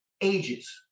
ages